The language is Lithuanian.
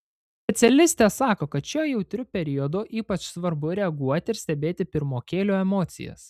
specialistė sako kad šiuo jautriu periodu ypač svarbu reaguoti ir stebėti pirmokėlių emocijas